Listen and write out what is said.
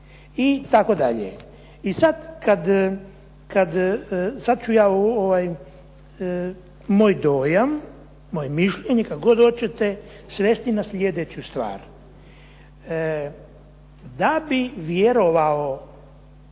I sad kad sad ću ja moj dojam, moje mišljenje kako god hoćete svesti na slijedeću stvar. Da bi vjerovao